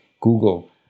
Google